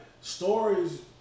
stories